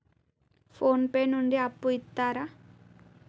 Phone pay నుండి అప్పు ఇత్తరా?